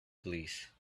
police